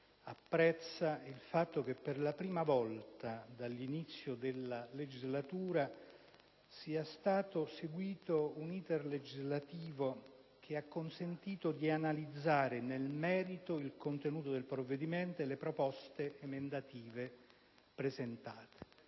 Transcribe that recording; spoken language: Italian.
apprezza il fatto che per la prima volta, dall'inizio della legislatura, sia stato seguito un *iter* legislativo che ha consentito di analizzare nel merito il contenuto del provvedimento e le proposte emendative presentate.